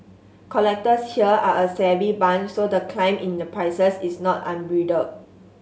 collectors here are a savvy bunch so the climb in the prices is not unbridled